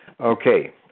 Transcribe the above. Okay